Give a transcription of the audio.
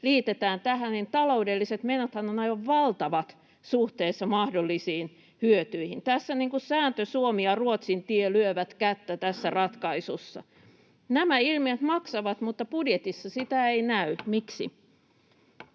liitetään tähän, niin taloudelliset menothan ovat aivan valtavat suhteessa mahdollisiin hyötyihin. Tässä ratkaisussa sääntö-Suomi ja Ruotsin tie lyövät kättä. Nämä ilmiöt maksavat, mutta budjetissa [Puhemies